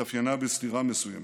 התאפיינה בסתירה מסוימת.